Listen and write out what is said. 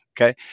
Okay